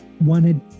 wanted